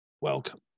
welcome